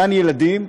גן ילדים,